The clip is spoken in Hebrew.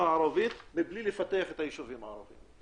הערבית בלי לפתח את הישובים הערביים,